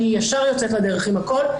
אני ישר יוצאת לדרך עם הכל.